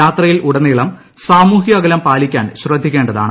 യാത്രയിൽ ഉടനീളം സാമൂഹിക അകലം പാലിക്കാൻ ശ്രദ്ധിക്കേണ്ടതാണ്